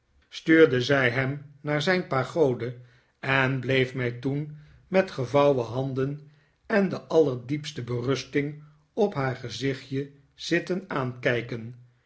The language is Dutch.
stuurde zij hem naar zijn pagode en bleef mij toen met gevouwen handen en de allerdiepste berusting op haar gezichtje zitten aankijken